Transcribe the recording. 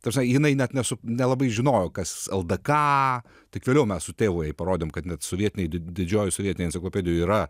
ta prasme jinai net nesu nelabai žinojo kas ld k tik vėliau mes su tėvu parodėm kad net sovietiniai dididžioji sovietinėj enciklopedijoj yra